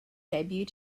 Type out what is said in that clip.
debut